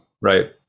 right